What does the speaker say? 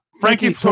Frankie